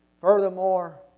Furthermore